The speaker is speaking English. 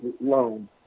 loan